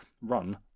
run